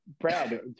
Brad